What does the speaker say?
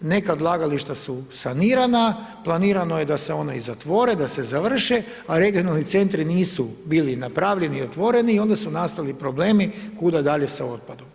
Neka odlagališta su sanirana, planirano je da se ona i zatvore da se završe, a regionalni centri nisu bili napravljeni i otvoreni i onda su nastali problemi kuda dalje sa otpadom.